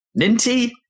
Ninty